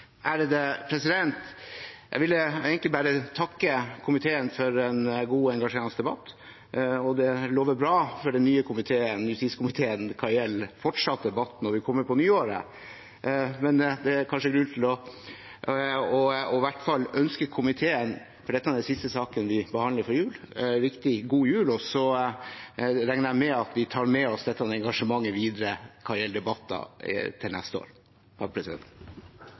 debatt. Det lover bra for den nye justiskomiteen hva gjelder fortsatt debatt når vi kommer på nyåret. Dette er siste saken vi behandler før jul, så det er kanskje grunn til i hvert fall å ønske komiteen en riktig god jul, og så regner jeg med at vi tar med oss dette engasjementet videre i debatter til neste år.